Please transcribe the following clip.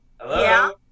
Hello